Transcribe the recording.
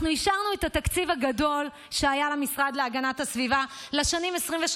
אנחנו אישרנו את התקציב הגדול שהיה למשרד להגנת הסביבה לשנים 2023